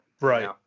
right